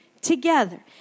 Together